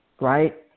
right